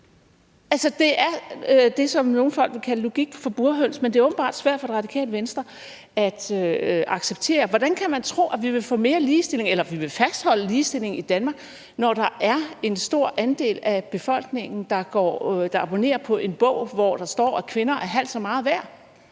Det er det, som nogle folk vil kalde logik for burhøns, men det er åbenbart svært for Det Radikale Venstre at acceptere. Hvordan kan man tro, at vi vil få mere ligestilling eller vi vil fastholde ligestillingen i Danmark, når der er en stor andel af befolkningen, der abonnerer på en bog, hvor der står, at kvinder er halvt så meget værd